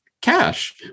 cash